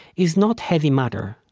is not heavy matter.